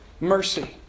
mercy